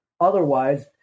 otherwise